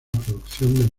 producción